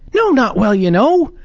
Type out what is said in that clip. no! not well, you know.